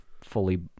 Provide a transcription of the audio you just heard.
fully